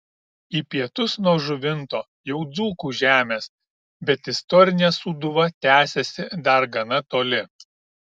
į pietus nuo žuvinto jau dzūkų žemės bet istorinė sūduva tęsiasi dar gana toli